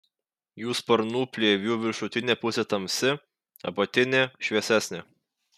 jų sparnų plėvių viršutinė pusė tamsi apatinė šviesesnė